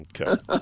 Okay